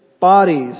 Bodies